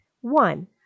One